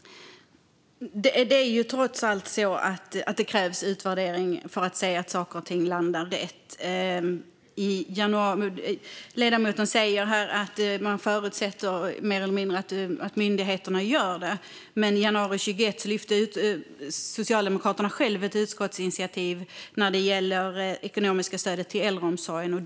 Det är trots allt så att det krävs utvärdering för att se att saker och ting landar rätt. Ledamoten säger här att man mer eller mindre förutsätter att myndigheterna gör det. Men i januari 2021 lyfte Socialdemokraterna själva frågan i ett utskottsinitiativ när det gällde det ekonomiska stödet till äldreomsorgen.